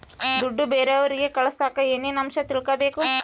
ದುಡ್ಡು ಬೇರೆಯವರಿಗೆ ಕಳಸಾಕ ಏನೇನು ಅಂಶ ತಿಳಕಬೇಕು?